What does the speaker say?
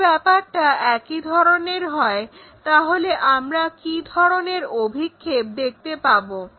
যদি ব্যাপারটা একই ধরনের হয় তাহলে আমরা কি ধরনের অভিক্ষেপ দেখতে পাবো